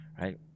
right